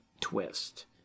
twist